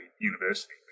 university